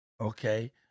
Okay